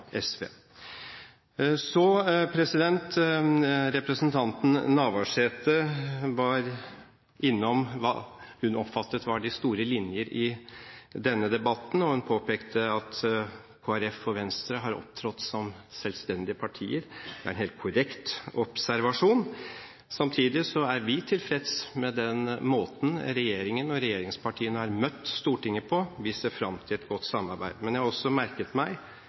SV. Representanten Navarsete var innom det hun oppfattet var de store linjer i denne debatten, og hun påpekte at Kristelig Folkeparti og Venstre har opptrådt som selvstendige partier. Det er en helt korrekt observasjon. Samtidig er vi tilfreds med den måten regjeringen og regjeringspartiene har møtt Stortinget på. Vi ser fram til et godt samarbeid. Men jeg har også merket meg